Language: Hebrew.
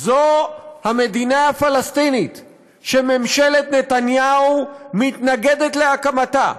המדינה הפלסטינית שממשלת נתניהו מתנגדת להקמתה.